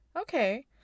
Okay